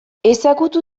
ezagutu